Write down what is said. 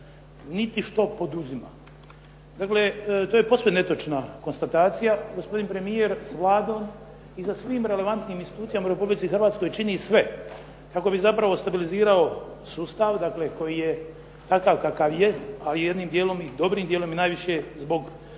niti što poduzima. Dakle, to je posve netočna konstatacija. Gospodin premijer s Vladom i sa svim relevantnim institucijama u Republici Hrvatskoj čini sve kako bi zapravo stabilizirao sustav dakle koji je takav kakav je, a jednim djelom, dobrim djelom je najviše zbog generalnog